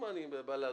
מה, אני בא לעזור.